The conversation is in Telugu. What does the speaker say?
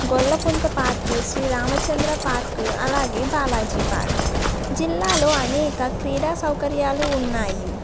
గొల్లపుంత పార్కు శ్రీరామచంద్ర పార్కు అలాగే బాలాజీ పార్క్ జిల్లాలో అనేక క్రీడా సౌకర్యాలు ఉన్నాయి